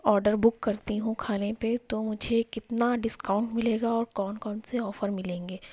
order book کرتی ہوں کھانے پہ تو مجھے کتنا ڈسکاؤنٹ ملے گا اور کون کون سے آفر ملیں گے